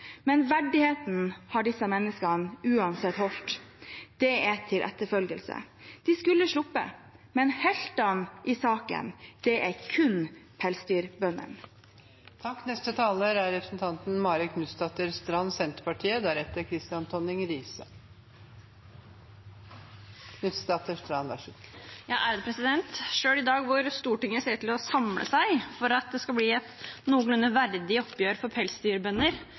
Men verdigheten har disse menneskene uansett holdt. Det er til etterfølgelse. De skulle sluppet, men heltene i saken er kun pelsdyrbøndene. Selv i dag, når Stortinget ser ut til å samle seg for at det skal bli et noenlunde verdig oppgjør for pelsdyrbønder, er det en ganske interessant debatt å